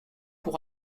pour